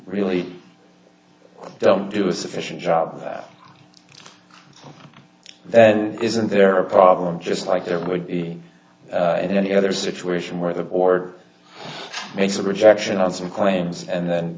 really i don't do a sufficient job of that then isn't there a problem just like there would be in any other situation where the board makes a rejection on some claims and then